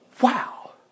Wow